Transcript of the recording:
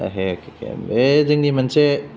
हे अके बे जोंनि मोनसे